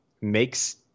makes